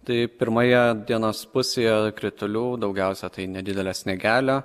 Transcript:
tai pirmoje dienos pusėje kritulių daugiausia tai nedidelio sniegelio